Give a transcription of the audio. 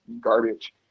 garbage